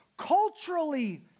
culturally